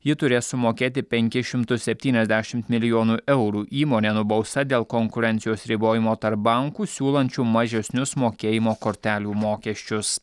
ji turės sumokėti penkis šimtus septyniasdešimt milijonų eurų įmonė nubausta dėl konkurencijos ribojimo tarp bankų siūlančių mažesnius mokėjimo kortelių mokesčius